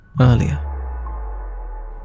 earlier